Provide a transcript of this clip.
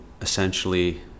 essentially